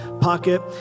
pocket